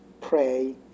pray